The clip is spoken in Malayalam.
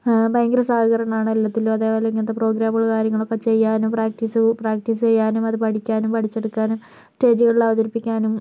ഭയങ്കര സഹകരണമാണ് എല്ലാറ്റിലും അതേപോലെ ഇങ്ങനത്തെ പ്രോഗ്രാമുകൾ കാര്യങ്ങളൊക്കെ ചെയ്യാനും പ്രാക്ടീസ് പ്രാക്ടീസ് ചെയ്യാനും അത് പഠിക്കാനും പഠിച്ചെടുക്കാനും സ്റ്റേജുകളിൽ അവതരിപ്പിക്കാനും